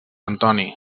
antoni